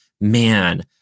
man